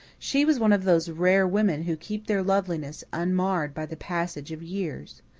she was one of those rare women who keep their loveliness unmarred by the passage of years.